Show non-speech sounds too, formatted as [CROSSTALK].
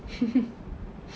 [LAUGHS]